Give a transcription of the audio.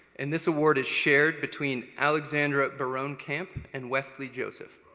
and this award is shared between alexandra barone-camp and westley joseph.